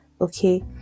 Okay